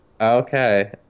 Okay